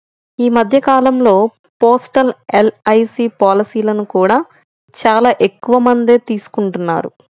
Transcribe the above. ఈ మధ్య కాలంలో పోస్టల్ ఎల్.ఐ.సీ పాలసీలను కూడా చాలా ఎక్కువమందే తీసుకుంటున్నారు